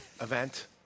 event